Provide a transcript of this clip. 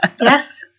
Yes